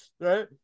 Right